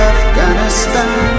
Afghanistan